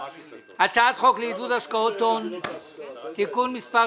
הצעת חוק לעידוד השקעות הון (תיקון מס'